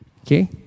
Okay